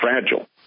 fragile